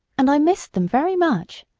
and i missed them very much.